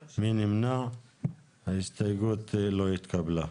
הצבעה לא אושרה ההסתייגות לא התקבלה.